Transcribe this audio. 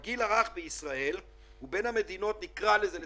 בגיל הרך בישראל נמצאת במקום אחרון בין המדינות המפותחות.